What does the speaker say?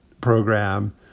program